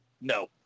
no